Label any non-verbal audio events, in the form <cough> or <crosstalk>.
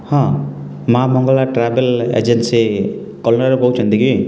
ହଁ Maa' Mangala travel agency <unintelligible> କହୁଛନ୍ତି କି